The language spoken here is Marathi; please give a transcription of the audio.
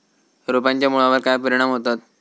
रोपांच्या मुळावर काय परिणाम होतत?